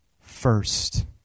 first